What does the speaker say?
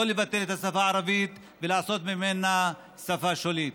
לא לבטל את השפה הערבית ולעשות ממנה שפה שולית.